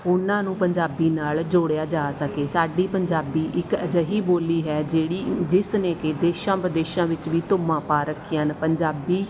ਉਨ੍ਹਾਂ ਨੂੰ ਪੰਜਾਬੀ ਨਾਲ ਜੋੜਿਆ ਜਾ ਸਕੇ ਸਾਡੀ ਪੰਜਾਬੀ ਇੱਕ ਅਜਿਹੀ ਬੋਲੀ ਹੈ ਜਿਹੜੀ ਜਿਸ ਨੇ ਕਿ ਦੇਸ਼ਾਂ ਵਿਦੇਸ਼ਾਂ ਵਿੱਚ ਵੀ ਧੂੰਮਾਂ ਪਾ ਰੱਖੀਆਂ ਹਨ ਪੰਜਾਬੀ